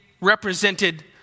represented